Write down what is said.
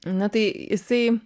na tai jisai